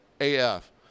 AF